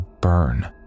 burn